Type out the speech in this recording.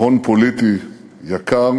הון פוליטי יקר